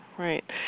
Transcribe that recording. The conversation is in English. Right